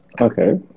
okay